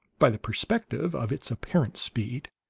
by the perspective of its apparent speed,